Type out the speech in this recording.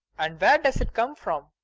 and where does it come from?